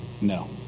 No